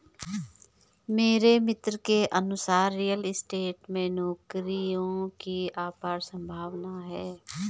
मेरे मित्र के अनुसार रियल स्टेट में नौकरियों की अपार संभावना है